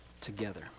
together